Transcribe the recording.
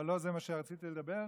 אבל לא על זה רציתי לדבר,